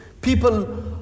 people